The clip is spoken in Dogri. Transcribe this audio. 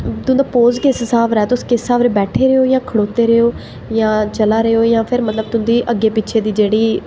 तुं'दा पोज़ किस स्हाब दा ऐ तुस किस स्हाब दे बैठे दे ओ जां खड़ोते दे ओ जां चला दे ओ जां फिर तुं'दी अग्गें पिच्छें दी जेह्ड़ी